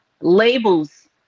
Labels